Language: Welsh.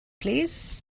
plîs